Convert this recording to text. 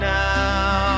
now